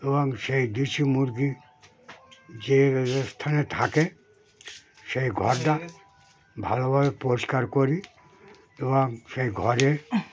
এবং সেই দিশি মুরগি যে স্থানে থাকে সেই ঘরটা ভালোভাবে পরিষ্কার করি এবং সেই ঘরে